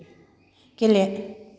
गेले